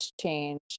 change